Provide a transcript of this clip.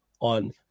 on